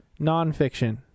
nonfiction